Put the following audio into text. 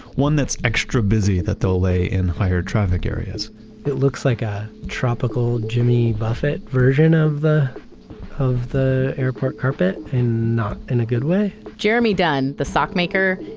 one that's extra busy that they'll lay in higher traffic areas it looks like a tropical jimmy buffet version of the of the airport carpet and not in a good way jeremy dunn, the sock maker,